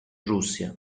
russia